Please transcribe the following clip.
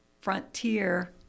frontier